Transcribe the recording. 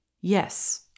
Yes